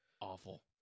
Awful